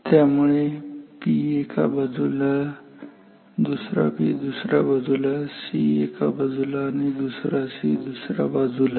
त्यामुळे एक P एका बाजूला आणि दुसरा P दुसऱ्या बाजूला एक C एका बाजूला आणि दुसरा C दुसऱ्या बाजूला